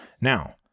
Now